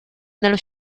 nello